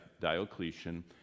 Diocletian